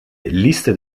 liste